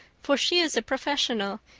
for she is a professional,